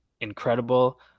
incredible